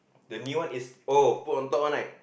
the new one is oh put on top one right